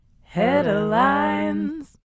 Headlines